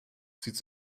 zieht